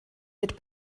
mit